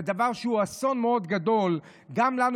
זה דבר שהוא אסון מאוד גדול גם לנו